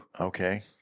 Okay